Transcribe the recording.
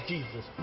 Jesus